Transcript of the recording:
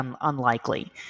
unlikely